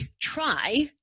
try